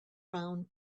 round